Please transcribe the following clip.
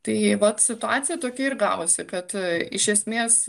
tai vat situacija tokia ir gavosi kad iš esmės